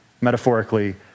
metaphorically